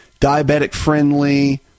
diabetic-friendly